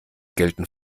gelten